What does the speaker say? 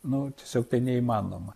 nu tiesiog tai neįmanoma